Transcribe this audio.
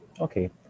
okay